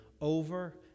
over